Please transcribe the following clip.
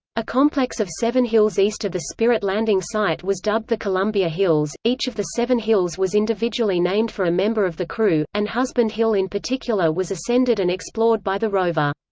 a complex of seven hills east of the spirit landing site was dubbed the columbia hills each of the seven hills was individually named for a member of the crew, and husband hill in particular was ascended and explored by the rover.